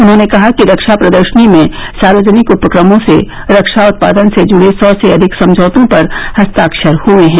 उन्होंने कहा कि रक्षा प्रदर्शनी में सार्वजनिक उपक्रमों से रक्षा उत्पादन से जुड़े सौ से अधिक समझौतों पर हस्ताक्षर हुए हैं